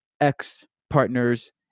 ex-partners